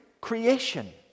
creation